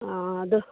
हॅं